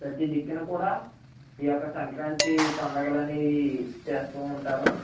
ప్రతి దిక్కున కూడా ఈ యొక్క సంక్రాంతి పండుగులు అనేవి చేస్తూ ఉంటారు